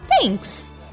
thanks